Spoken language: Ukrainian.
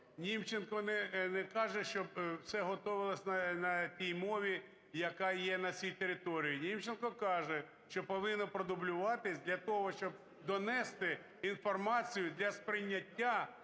Німченко не каже, щоб все готовилось на тій мові, яка є на цій території. Німченко каже, що повинно продублюватись, для того щоб донести інформацію для сприйняття,